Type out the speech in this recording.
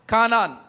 Kanan